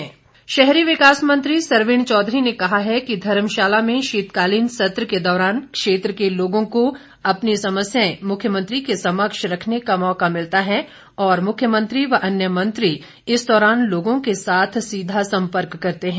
शीतकालीन सत्र शहरी विकास मंत्री सरवीण चौधरी ने कहा है कि धर्मशाला में शीतकालीन सत्र के दौरान क्षेत्र के लोगों को अपनी समस्याएं मुख्यमंत्री के समक्ष रखने का मौका मिलता है और मुख्यमंत्री व अन्य मंत्री इस दौरान लोगों के साथ सीधा सम्पर्क करते हैं